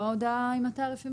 לא הודעה עם תעריפים